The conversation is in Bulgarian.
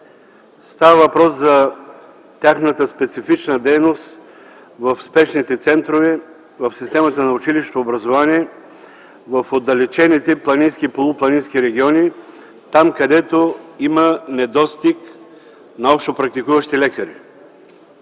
Става въпрос за тяхната специфична дейност в спешните центрове, в системата на училищното образование, в отдалечените планински и полупланински региони, там, където има недостиг на общопрактикуващи лекари.